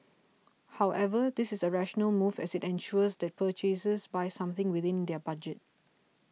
however this is a rational move as it ensures that purchasers buy something within their budget